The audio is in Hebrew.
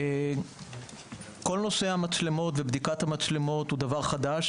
כל נושא המצלמות הוא דבר חדש